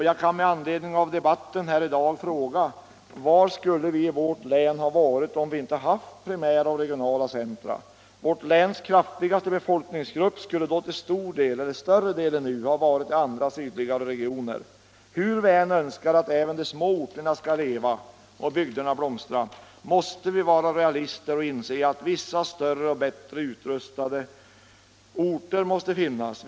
Jag kan med anledning av dagens debatt fråga: Var skulle vi i vårt län ha varit om vi inte hade haft primära och regionala centra? Vårt läns kraftigaste befolkningsgrupp skulle nu till större delen ha varit i andra och sydligare regioner. Hur vi än önskar att även de små orterna skall leva och bygderna blomstra måste vi vara realister och inse att vissa större och bättre utrustade orter måste finnas.